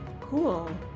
Cool